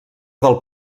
del